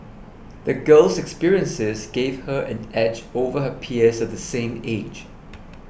the girl's experiences gave her an edge over her peers the same age